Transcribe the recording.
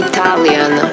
Italian